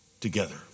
together